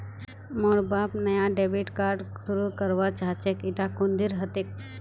मोर बाप नाया डेबिट कार्ड शुरू करवा चाहछेक इटा कुंदीर हतेक